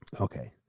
okay